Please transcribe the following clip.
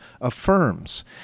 affirms